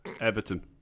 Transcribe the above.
Everton